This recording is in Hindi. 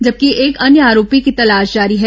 जबकि एक अन्य आरोपी की तलाश जारी है